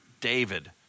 David